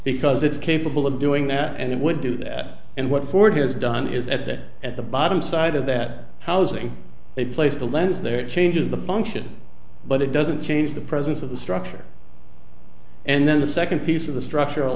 because it's capable of doing that and it would do that and what ford has done is at that at the bottom side of that housing they place the lens there it changes the function but it doesn't change the presence of the structure and then the second piece of the structural